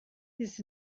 his